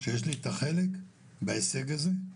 בהישג הזה.